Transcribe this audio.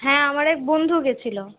হ্যাঁ আমার এক বন্ধু গেছিলো